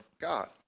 God